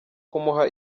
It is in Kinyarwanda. kumuha